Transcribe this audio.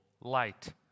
light